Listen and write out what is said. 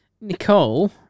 Nicole